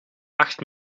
acht